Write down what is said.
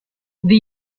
the